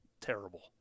terrible